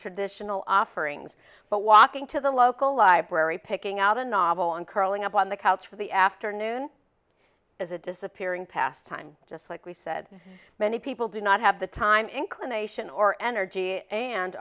traditional offerings but walking to the local library picking out a novel and curling up on the couch for the afternoon as a disappearing pastime just like we said many people do not have the time inclination or energy and